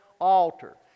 altar